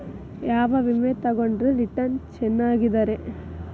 ಯಾವ ವಿಮೆ ತೊಗೊಂಡ್ರ ರಿಟರ್ನ್ ಚೆನ್ನಾಗಿದೆರಿ?